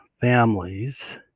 families